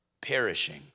perishing